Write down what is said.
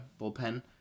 bullpen